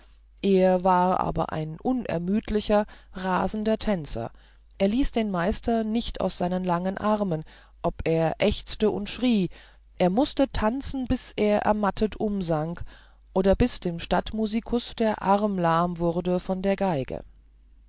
er war aber ein unermüdlicher rasender tänzer er ließ den meister nicht aus seinen langen armen ob er ächzte und schrie er mußte tanzen bis er ermattet umsank oder bis dem stadtmusikus der arm lahm wurde an der geige